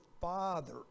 father